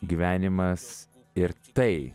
gyvenimas ir tai